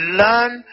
learn